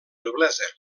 noblesa